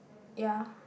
ya